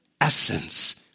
essence